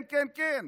כן, כן, כן.